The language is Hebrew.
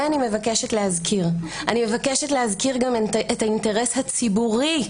אני מבקשת להזכיר גם את האינטרס הציבורי,